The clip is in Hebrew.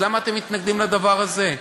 למה אתם מתנגדים לדבר הזה?